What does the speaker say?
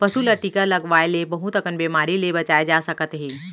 पसू ल टीका लगवाए ले बहुत अकन बेमारी ले बचाए जा सकत हे